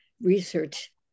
research